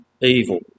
evil